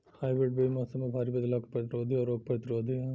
hybrid बीज मौसम में भारी बदलाव के प्रतिरोधी और रोग प्रतिरोधी ह